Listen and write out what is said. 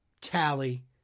tally